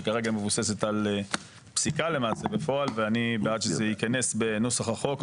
שכרגע מבוססת על פסיקה למעשה בפועל ואני בעד שזה ייכנס בנוסח החוק,